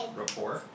report